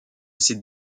ces